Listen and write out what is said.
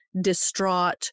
distraught